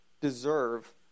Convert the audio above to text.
deserve